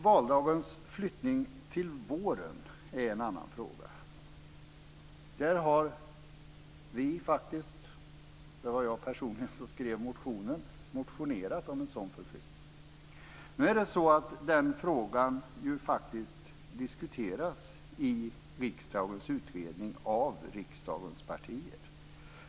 Valdagens flyttning till våren är en annan fråga. Där har Vänsterpartiet motionerat - det var faktiskt jag personligen som skrev motionen - om en sådan förflyttning. Den frågan diskuteras i riksdagens utredning av riksdagens partier.